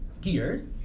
gear